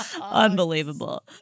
Unbelievable